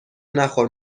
نخور